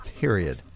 Period